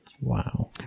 Wow